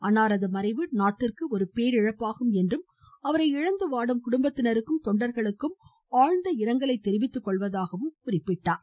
அன்னாரது மறைவு நாட்டிற்கு ஒரு பேரிழப்பாகும் என்றும் அவரை இழந்து வாடும் குடும்பத்தினருக்கும் தொண்டர்களுக்கும் ஆழ்ந்த இரங்கல் தெரிவித்துக் கொள்வதாகவும் கூறியுள்ளார்